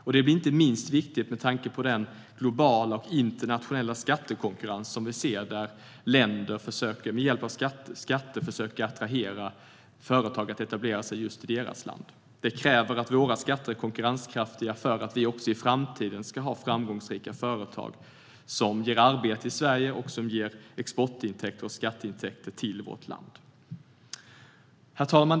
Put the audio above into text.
Det är viktigt inte minst med tanke på den globala och internationella skattekonkurrens vi ser och där länder med hjälp av skatter försöker attrahera företag att etablera sig i just deras land. Det krävs att våra skatter är konkurrenskraftiga för att vi också i framtiden ska ha framgångsrika företag som ger arbeten i Sverige och export och skatteintäkter till vårt land. Herr talman!